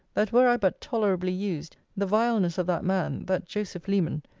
that were i but tolerably used, the vileness of that man, that joseph leman,